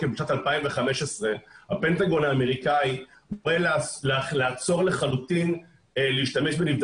בשנת 2015 הפנטגון האמריקאי קורא לעצור לחלוטין להשתמש בבעלי